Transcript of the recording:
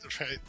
right